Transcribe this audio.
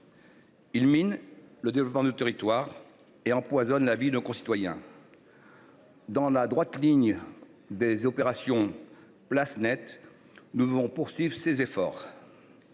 Ils minent le développement de nos territoires et empoisonnent la vie de nos concitoyens. Dans la droite ligne des récentes opérations « place nette », nous devons poursuivre nos efforts.